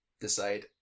decide